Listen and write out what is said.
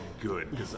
good